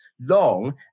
long